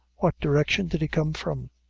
what direction did he come from?